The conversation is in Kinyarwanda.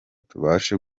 tubashe